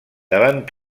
davant